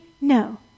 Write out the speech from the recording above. No